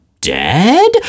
dead